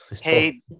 Hey